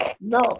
No